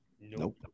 Nope